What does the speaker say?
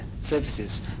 services